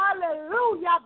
Hallelujah